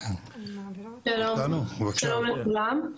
שלום לכולם,